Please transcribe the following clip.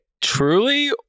Truly